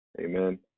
Amen